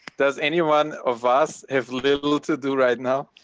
does anyone of us have little to do right now?